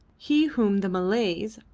he whom the malays,